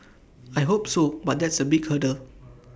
I hope so but that's A big hurdle